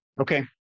Okay